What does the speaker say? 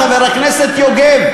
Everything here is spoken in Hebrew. חבר הכנסת יוגב,